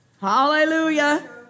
Hallelujah